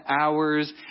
hours